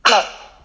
light